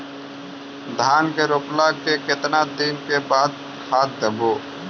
धान के रोपला के केतना दिन के बाद खाद देबै?